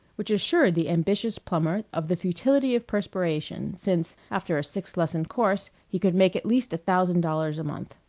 which assured the ambitious plumber of the futility of perspiration, since after a six-lesson course he could make at least a thousand dollars a month.